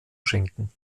schenken